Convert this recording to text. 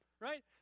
right